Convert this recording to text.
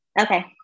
okay